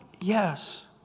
Yes